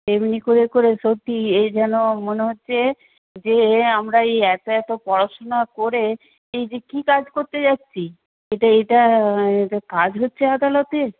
এমনি করে করে সত্যি এ যেন মনে হচ্ছে যে আমরা এই এত এত পড়াশুনা করে এই যে কী কাজ করতে যাচ্ছি এটা এটা কাজ হচ্ছে আদালতে